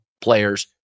players